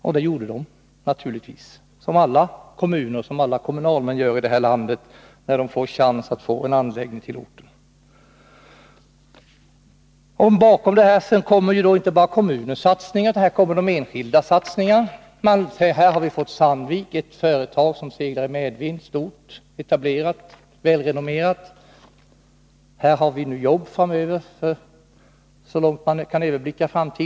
Detta gjorde kommunalmännen naturligtvis — som alla kommunalmän gör i det här landet när de får chansen att få en anläggning till sin ort. Sedan har vi inte bara kommunens satsningar, utan här kommer också de enskilda satsningarna. Man sade: Här har vi fått Sandvik, ett företag som seglar i medvind, ett stort, etablerat, välrenommerat företag; här har vi jobb för så lång tid framöver som vi kan överblicka.